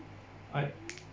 I